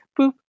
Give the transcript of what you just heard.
boop